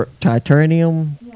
titanium